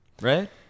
Right